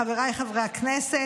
חבריי חברי הכנסת,